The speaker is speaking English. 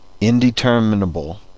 indeterminable